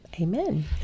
amen